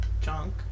junk